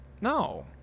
no